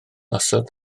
osod